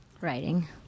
Writing